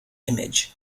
image